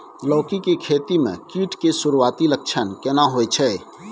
लौकी के खेती मे कीट के सुरूआती लक्षण केना होय छै?